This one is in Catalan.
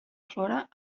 flora